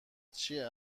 چیه